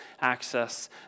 access